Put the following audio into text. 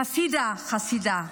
חסידה, חסידה,